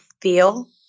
feel